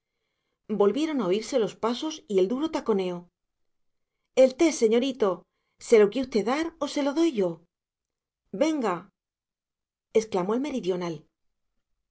volvieron a oírse los pasos y el duro taconeo el té señorito se lo quié usté dar o se lo doy yo venga exclamó el meridional